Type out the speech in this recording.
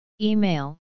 Email